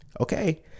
Okay